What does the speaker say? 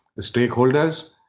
stakeholders